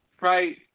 Right